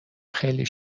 خیلی